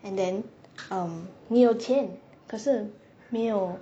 and then um 你有钱可是没有